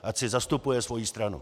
Ať si zastupuje svoji stranu!